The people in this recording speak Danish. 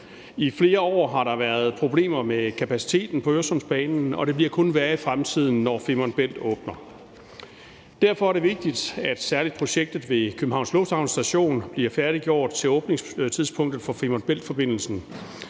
I flere år har der været problemer med kapaciteten på Øresundsbanen, og det bliver kun værre i fremtiden, når Femern Bælt åbner. Derfor er det vigtigt, at særlig projektet ved Københavns Lufthavn Station bliver færdiggjort til åbningstidspunktet for Femern Bælt-forbindelsen,